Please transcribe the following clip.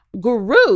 guru